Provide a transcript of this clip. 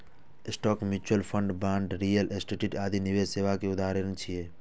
stock, mutual fund, bond, real estate आदि निवेश सेवा के उदाहरण छियै